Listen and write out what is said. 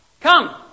Come